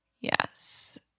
Yes